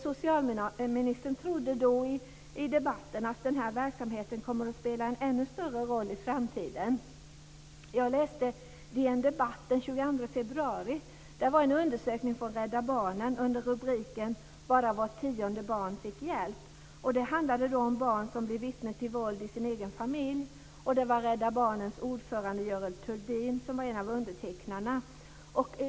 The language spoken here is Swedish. Socialministern sade i debatten att han trodde att denna verksamhet kommer att spela en ännu större roll i framtiden. Jag läste på DN Debatt den 22 januari om en undersökning gjord av Rädda Barnen under rubriken Bara vart tionde fick hjälp. Det handlade om barn som blir vittne till våld i sin egen familj. Det var Rädda Barnens ordförande, Görel Thurdin, som var en av undertecknarna.